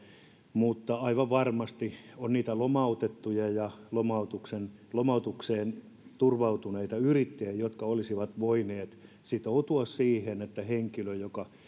mutta aivan varmasti on niitä lomautettuja ja lomautukseen lomautukseen turvautuneita yrittäjiä jotka olisivat voineet sitoutua siihen että henkilön joka